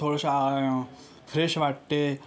थोडंसं फ्रेश वाटते